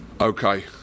Okay